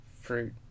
fruit